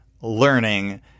learning